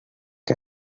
què